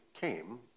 came